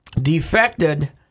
defected